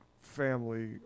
family